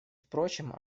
впрочем